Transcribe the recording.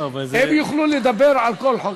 הם יוכלו לדבר על כל חוק.